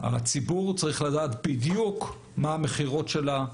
הציבור צריך לדעת בדיוק מה המכירות שלה,